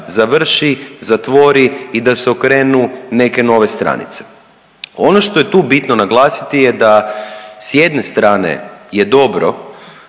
završi, zatvori i da se okrenu neke nove stranice. Ono što je tu bitno naglasiti je da s jedne strane je dobro